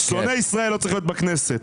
שונא ישראל לא צריך להיות בכנסת.